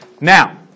Now